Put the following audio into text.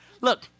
Look